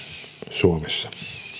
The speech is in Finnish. suomessa